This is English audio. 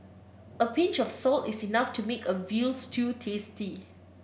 a pinch of salt is enough to make a veal stew tasty